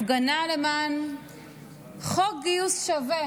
הפגנה למען חוק גיוס שווה